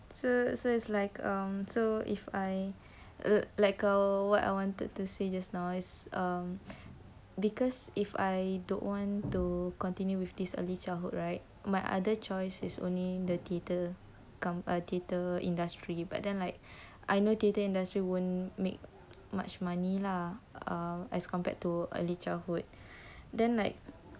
so so it's like um so if I uh like I what I wanted to say just now was um because if I don't want to continue with this early childhood right my other choice is only the theatre come a theatre industry but then like I know theatre industry won't make much money lah as compared to early childhood